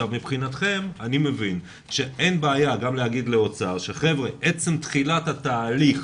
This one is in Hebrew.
מבחינתכם אני מבין שאין בעיה גם להגיד לאוצר שעצם תחילת התהליך